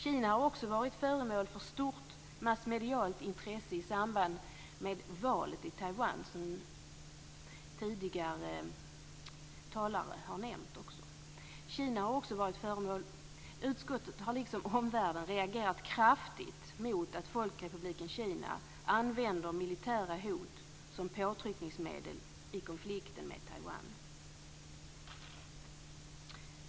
Kina har också varit föremål för stort massmedialt intresse i samband med valet i Taiwan, som har nämnts också av tidigare talare. Utskottet har liksom omvärlden reagerat kraftigt mot att Folkrepubliken Kina använder militära hot som påtryckningsmedel i konflikten med Taiwan.